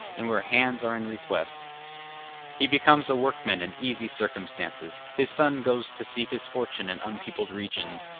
and where hands are in request he becomes a workman in easy circumstances his son goes to seek his fortune in unpeopled regions,